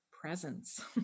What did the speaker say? presence